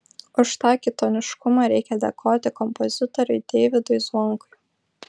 už tą kitoniškumą reikia dėkoti kompozitoriui deividui zvonkui